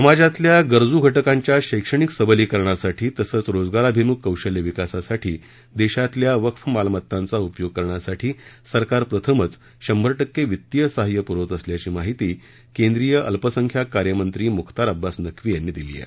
समाजातल्या गरजू घटकांच्या शैक्षणिक सबलीकरणासाठी तसंच रोजगाराभिमुख कौशल्य विकासासाठी देशातल्या वक्फ मालमत्तांचा उपयोग करण्यासाठी सरकार प्रथमच शंभर टक्के वित्तीय सहाय्य पुरवत असल्याची माहिती केंद्रीय अल्पसंख्याक कार्यमंत्री मुख्तार अब्बास नक्वी यांनी दिली आहे